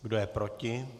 Kdo je proti?